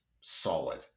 solid